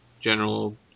general